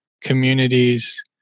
communities